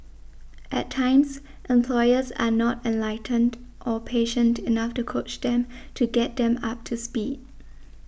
at times employers are not enlightened or patient enough to coach them to get them up to speed